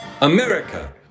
America